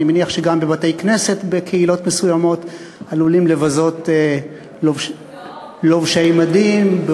אני מניח שגם בבתי-כנסת בקהילות מסוימות עלולים לבזות לובשי מדים.